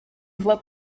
voie